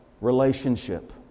relationship